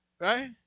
right